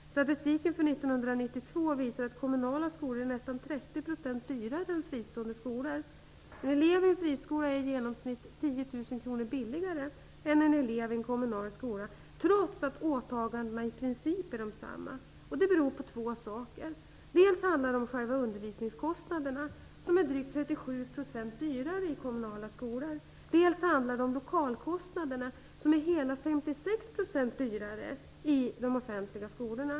Statistiken för 1992 visar att kommunala skolor är nästan 30 % dyrare än fristående skolor. En elev i en friskola är i genomsnitt 10 000 kr billigare än en elev i en kommunal skola, trots att åtagandena i princip är desamma. Det har två orsaker. Det handlar om själva undervisningskostnaderna, som är drygt 37 % högre i kommunala skolor. Det handlar också om lokalkostnaderna. De är 56 % högre i de offentliga skolorna.